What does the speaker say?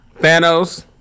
Thanos